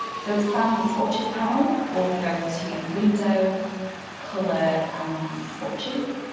so expand the swatches panel, or go to window color swatches